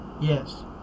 Yes